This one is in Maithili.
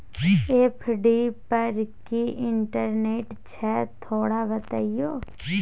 एफ.डी पर की इंटेरेस्ट छय थोरा बतईयो?